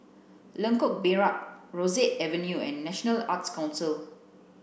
Lengkok Merak Rosyth Avenue and National Arts Council